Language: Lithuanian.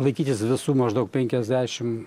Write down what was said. laikytis visų maždaug penkiasdešim